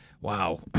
Wow